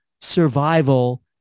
survival